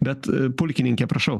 bet pulkininke prašau